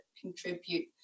contribute